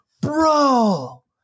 bro